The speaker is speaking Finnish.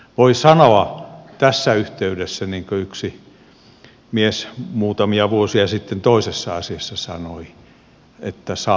voi sanoa tässä yhteydessä niin kuin yksi mies muutamia vuosia sitten toisessa asiassa sanoi että saapa nähdä